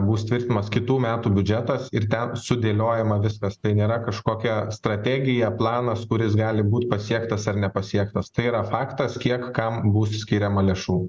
bus tvirtinamas kitų metų biudžetas ir ten sudėliojama viskas tai nėra kažkokia strategija planas kuris gali būt pasiektas ar nepasiektas tai yra faktas kiek kam bus skiriama lėšų